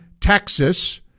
Texas